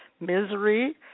Misery